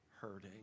hurting